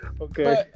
okay